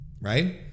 right